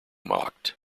mocked